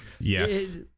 Yes